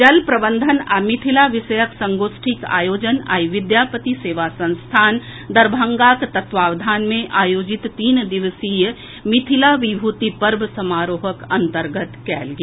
जल प्रबंधन आ मिथिला विषयक संगोष्ठीक आयोजन आइ विद्यापति सेवा संस्थान दरभंगाक तत्वावधान में आयोजित तीन दिवसीय मिथिला विभूति पर्व समारोहक अन्तर्गत कयल गेल